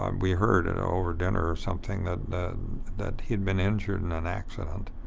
um we heard and over dinner or something that that he'd been injured in an accident.